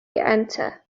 enter